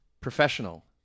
professional